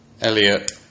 Elliot